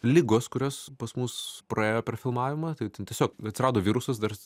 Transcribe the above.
ligos kurios pas mus praėjo per filmavimą tai ten tiesiog atsirado virusas dar